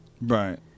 Right